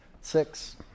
six